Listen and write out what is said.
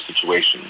situation